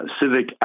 civic